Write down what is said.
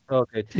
okay